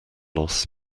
loss